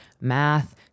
math